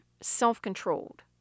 self-controlled